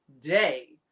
day